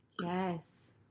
Yes